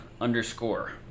underscore